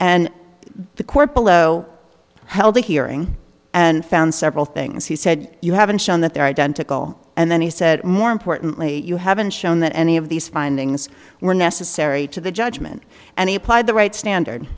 and the court below held a hearing and found several things he said you haven't shown that they're identical and then he said more importantly you haven't shown that any of these findings were necessary to the judgment and he applied the right standard